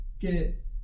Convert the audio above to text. get